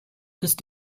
ist